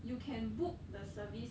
you can book the service